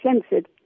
censored